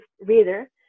reader